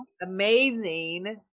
amazing